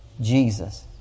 Jesus